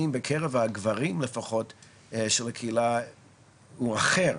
בקרב הגברים לפחות של הקהילה הוא אחר.